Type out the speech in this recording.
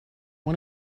one